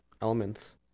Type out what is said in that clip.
elements